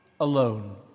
alone